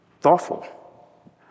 Thoughtful